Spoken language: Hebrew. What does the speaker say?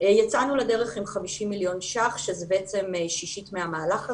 יצאנו לדרך עם 50 מיליון ₪ שזה בעצם שישית מהמהלך הזה,